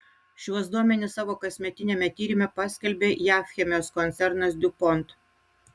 šiuos duomenis savo kasmetiniame tyrime paskelbė jav chemijos koncernas diupont